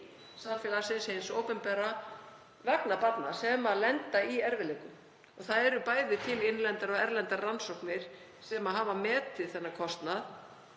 samfélagsins, hins opinbera, vegna barna sem lenda í erfiðleikum. Til eru bæði innlendar og erlendar rannsóknir sem hafa metið þann kostnað